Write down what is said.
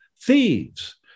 thieves